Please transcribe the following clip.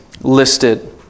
listed